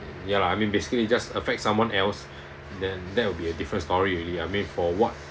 ya lah I mean basically just affect someone else then that will be a different story already ah I mean for what